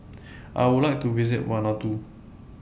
I Would like to visit Vanuatu